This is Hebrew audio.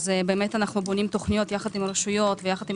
אנו בונים תוכניות יחד עם רשויות ויחד עם